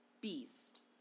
Beast